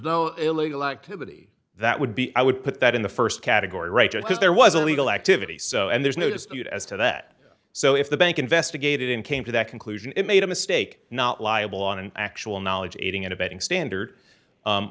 no illegal activity that would be i would put that in the st category right there because there was a legal activity so and there's no dispute as to that so if the bank investigated in came to that conclusion it made a mistake not liable on an actual knowledge aiding and abetting standard